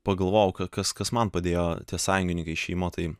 pagalvojau kas kas man padėjo tie sąjungininkai išėjimo tai